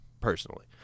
personally